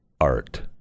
art